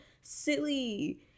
silly